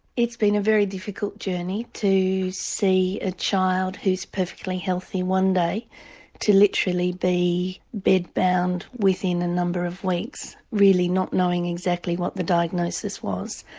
it's been a very difficult journey to see a child who's perfectly healthy one day to literally be bed-bound within a number of weeks, really not knowing exactly what the diagnosis was.